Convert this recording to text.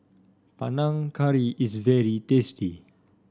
Panang Curry is very tasty